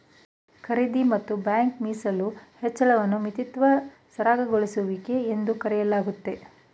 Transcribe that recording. ಖರೀದಿ ಮತ್ತು ಬ್ಯಾಂಕ್ ಮೀಸಲು ಹೆಚ್ಚಳವನ್ನ ವಿತ್ತೀಯ ಸರಾಗಗೊಳಿಸುವಿಕೆ ಎಂದು ಕರೆಯಲಾಗುತ್ತೆ